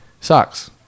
Sucks